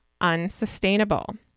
unsustainable